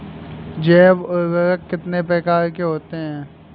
जैव उर्वरक कितनी प्रकार के होते हैं?